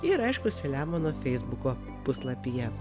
ir aišku saliamono feisbuko puslapyje